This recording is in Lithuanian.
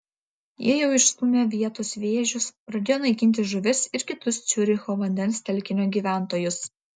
jie jau išstūmė vietos vėžius pradėjo naikinti žuvis ir kitus ciuricho vandens telkinio gyventojus